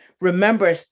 remember